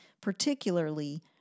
particularly